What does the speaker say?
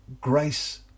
Grace